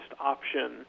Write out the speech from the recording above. option